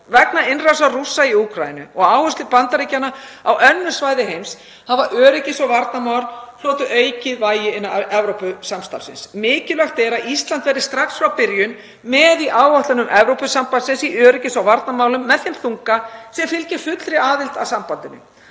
Vegna innrásar Rússa í Úkraínu og áherslu Bandaríkjanna á önnur svæði heims hafa öryggis- og varnarmál hlotið aukið vægi innan Evrópusamstarfsins. Mikilvægt er að Ísland verði strax frá byrjun með í áætlunum Evrópusambandsins í öryggis- og varnarmálum með þeim þunga sem fylgir fullri aðild að sambandinu.